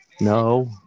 no